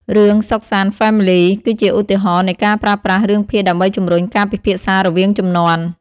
រឿង "Sok San Family" គឺជាឧទាហរណ៍នៃការប្រើប្រាស់រឿងភាគដើម្បីជំរុញការពិភាក្សារវាងជំនាន់។